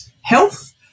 health